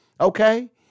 Okay